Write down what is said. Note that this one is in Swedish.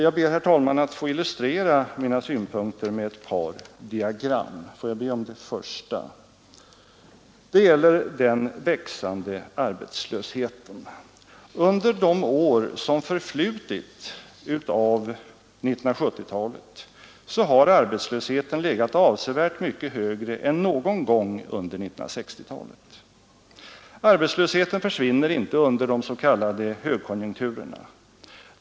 Jag ber, herr talman, att få illustrera mina synpunkter med ett par diagram på TV-skärmen. Det första gäller den växande arbetslösheten. Under de år som förflutit av 1970-talet har arbetslösheten legat avsevärt mycket högre än någon gång under 1960-talet. Arbetslösheten försvinner inte under de s.k. högkonjunkturerna.